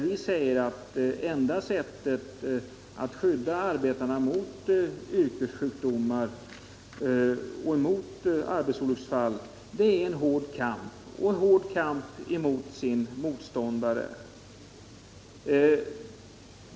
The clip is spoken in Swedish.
Vi anför att enda sättet att skydda arbetarna mot yrkessjukdomar och mot arbetsolycksfall är en hård kamp mot arbetarnas motståndare.